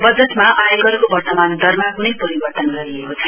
बजटमा आयकरको वर्तमान दरमा क्नै परिवर्तन गरिएको छ